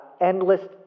endless